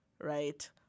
right